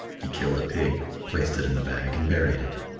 he killed a pig, placed it in the bag and buried it.